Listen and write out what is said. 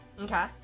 Okay